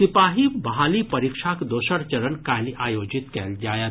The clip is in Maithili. सिपाही बहाली परीक्षाक दोसर चरण काल्हि आयोजित कयल जायत